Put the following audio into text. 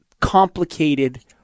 complicated